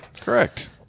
Correct